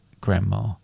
grandma